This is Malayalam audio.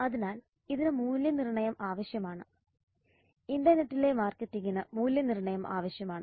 അതിനാൽ ഇതിന് മൂല്യനിർണയം ആവശ്യമാണ് ഇൻറർനെറ്റിലെ മാർക്കറ്റിംഗിന് മൂല്യനിർണയം ആവശ്യമാണ്